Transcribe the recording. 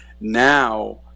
now